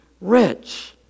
rich